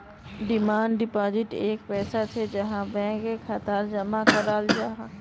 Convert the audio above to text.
demand deposit एक पैसा छे जहाक बैंक खातात जमा कराल जाहा